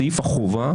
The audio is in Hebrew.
בסעיף החובה